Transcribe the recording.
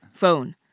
phone